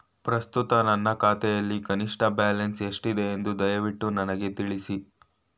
ಪ್ರಸ್ತುತ ನನ್ನ ಖಾತೆಯಲ್ಲಿ ಕನಿಷ್ಠ ಬ್ಯಾಲೆನ್ಸ್ ಎಷ್ಟಿದೆ ಎಂದು ದಯವಿಟ್ಟು ನನಗೆ ತಿಳಿಸಿ